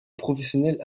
professionnel